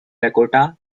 dakota